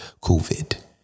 COVID